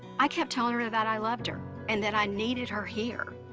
i kept telling her that i loved her and that i needed her here.